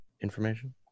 information